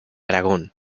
aragón